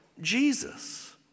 Jesus